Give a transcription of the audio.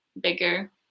bigger